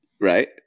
right